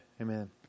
Amen